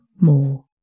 more